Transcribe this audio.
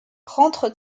rentre